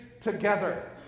together